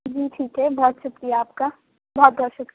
جی ٹھیک ہے بہت شُکریہ آپ کا بہت بہت شُکریہ